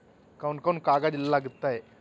कौन कौन कागज लग तय?